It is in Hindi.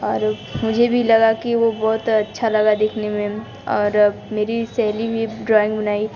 और एक मुझे भी लगा कि वो बहुत अच्छा लगा दिखने में और अब मेरी सहेली भी ड्राॅइंग बनाई